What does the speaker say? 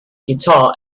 guitar